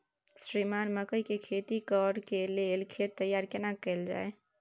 श्रीमान मकई के खेती कॉर के लेल खेत तैयार केना कैल जाए?